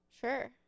Sure